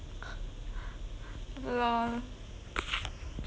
LOL